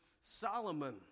Solomon